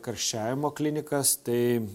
karščiavimo klinikas tai